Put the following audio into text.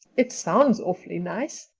it sounds awfully nice,